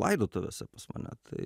laidotuvėse pas mane tai